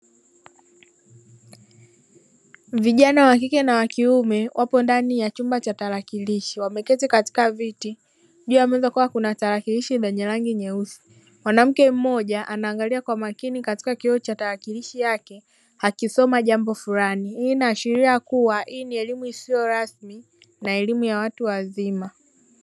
Vijana wa kikenna wakiume wapo ndani ya chumba cha tarakilishi wameketi katika viti, juu ya meza kukiwa kuna tarakilishi zenye rangi nyeusi. Mwanamke mmoja anaangalia kwa makini katika kioo cha tarakilishi yake akisoma jambo fulani. Hii inaashiria kuwa hii ni elimu isiyo rasmi na elimu ya watu wazima.